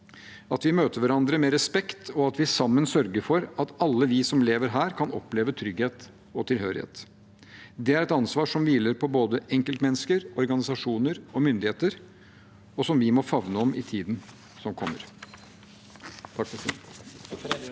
at vi møter hverandre med respekt, og at vi sammen sørger for at alle vi som lever her, kan oppleve trygghet og tilhørighet. Det er et ansvar som hviler på både enkeltmennesker, organisasjoner og myndigheter, og som vi må favne om i tiden som kommer.